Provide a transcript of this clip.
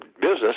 business